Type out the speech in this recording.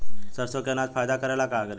सरसो के अनाज फायदा करेला का करी?